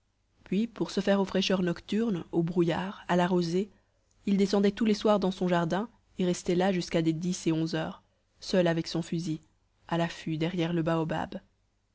puis pour se faire aux fraîcheurs nocturnes aux brouillards à la rosée il descendait tous les soirs dans son jardin et restait là jusqu'à des dix et onze heures seul avec son fusil à l'affût derrière le baobab